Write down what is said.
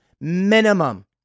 minimum